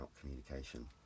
communication